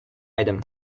item